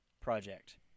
project